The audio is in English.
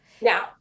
Now